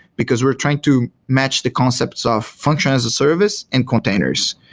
because we're trying to match the concepts of function as a service and containers.